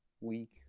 week